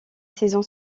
saison